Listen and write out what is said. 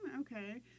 Okay